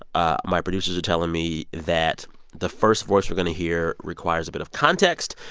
ah my producers are telling me that the first voice we're going to hear requires a bit of context.